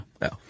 No